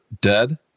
dead